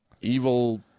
evil